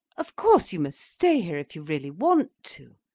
of course you must stay here if you really want to.